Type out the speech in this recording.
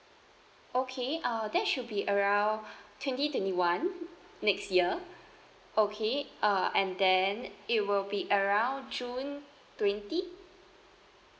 okay uh that should be around twenty twenty one next year okay uh and then it will be around june twenty